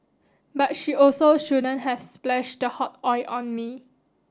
but she also shouldn't have splashed the hot oil on me